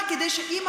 איך שהאדמה